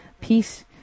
peace